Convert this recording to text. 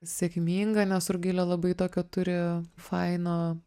sėkminga nes rugilė labai tokio turi faino